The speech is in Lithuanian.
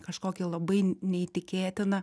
kažkokį labai neįtikėtiną